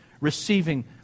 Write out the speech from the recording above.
receiving